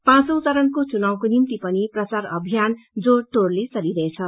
पाँचौ चरणको चुनाउको निम्ति पनि प्रचार अभियान जोड़ तोड़ले चलिरहेछ